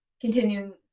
continuing